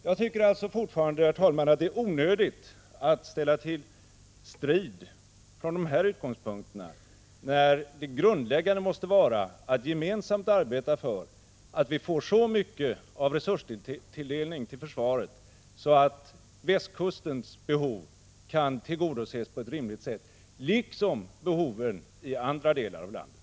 Jag tycker alltså fortfarande, herr talman, att det är onödigt att ställa till strid från dessa utgångspunkter, när det grundläggande måste vara att gemensamt arbeta för att få så mycket av resurstilldelning till försvaret att västkustens behov kan tillgodoses på ett rimligt sätt, liksom behoven i andra delar av landet.